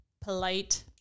polite